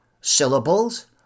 syllables